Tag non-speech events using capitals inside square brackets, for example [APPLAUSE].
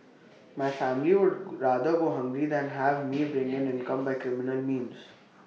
my family would [NOISE] rather go hungry than have me bring in income by criminal means